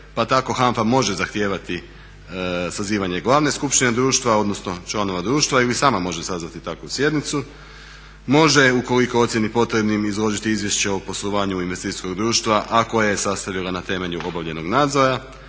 Pa tako HANFA može zahtijevati sazivanje Glavne skupštine društva, odnosno članova društva ili sama može sazvati takvu sjednicu. Može ukoliko ocijeni potrebnim izložiti izvješće o poslovanju investicijskog društva, a koje je sastavila na temelju obavljenog nadzora.